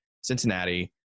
cincinnati